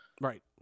right